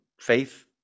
Faith